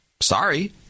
Sorry